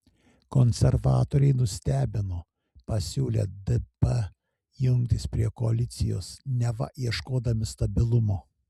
konservatoriai nustebino pasiūlę dp jungtis prie koalicijos neva ieškodami stabilumo